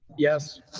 yes.